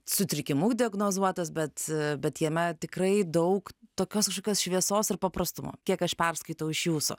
sutrikimu diagnozuotas bet bet jame tikrai daug tokios kažkokios šviesos ir paprastumo kiek aš perskaitau iš jūsų